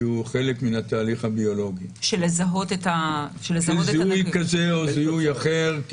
שהוא חלק מן התהליך הביולוגי של זיהוי כזה או אחר.